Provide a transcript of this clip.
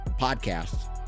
podcasts